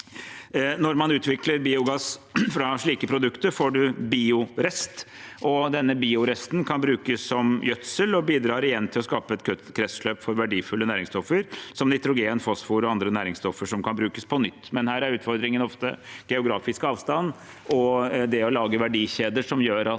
Når man utvikler biogass fra slike produkter, får man biorest. Denne bioresten kan brukes som gjødsel og bidrar igjen til å skape et kretsløp for verdifulle næringsstoffer – som nitrogen, fosfor og andre næringsstoffer – som kan brukes på nytt. Utfordringen her er ofte geografisk avstand og det å lage verdikjeder som gjør at